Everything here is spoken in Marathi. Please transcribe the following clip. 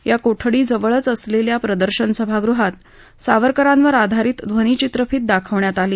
या कोठडीजवळच असलेल्या प्रदर्शन सभागृहात सावरकरांवर आधारित ध्वनिचित्रफीत दाखविण्यात आली